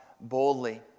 boldly